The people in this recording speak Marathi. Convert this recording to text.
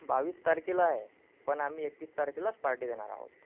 बावीस तारखेला आहे पण आम्ही एकवीस तारखेलाच पार्टी देणार आहोत